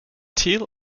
teal